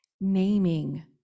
naming